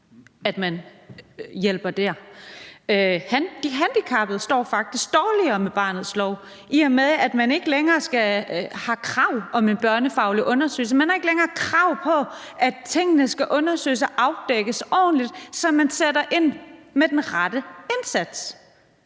at man hjælper. De handicappede står faktisk dårligere med barnets lov, i og med at man ikke længere har krav på en børnefaglig undersøgelse. Man har ikke længere krav på, at tingene skal undersøges og afdækkes ordentligt, så man sætter ind med den rette indsats.